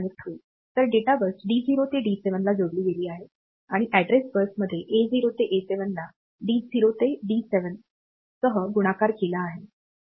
तर data bus D0 ते D7 ला जोडली गेली आहेत आणि अॅड्रेस बस मध्ये A 0 ते A7 ला D0 ते D7 सह गुणाकार केला आहे